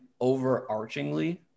overarchingly